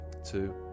two